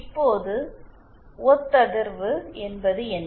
இப்போது ஒத்ததிர்வு என்பது என்ன